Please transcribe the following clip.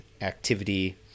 activity